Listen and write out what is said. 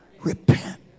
repent